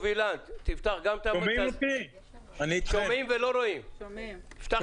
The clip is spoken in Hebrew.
אני חושב